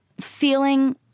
feeling